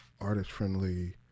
artist-friendly